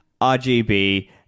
rgb